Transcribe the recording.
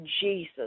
Jesus